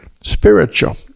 spiritual